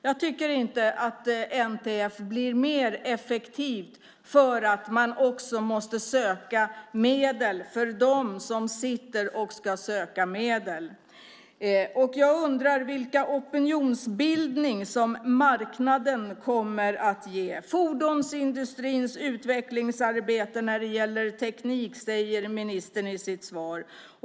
Jag tycker inte att NTF blir mer effektivt för att man också måste söka medel för dem som sitter och ska söka medel. Jag undrar vilken opinionsbildning som marknaden kommer att ge. Fordonsindustrins utvecklingsarbete när det gäller teknik, säger ministern i sitt svar.